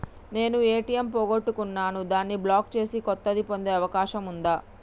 నేను ఏ.టి.ఎం పోగొట్టుకున్నాను దాన్ని బ్లాక్ చేసి కొత్తది పొందే అవకాశం ఉందా?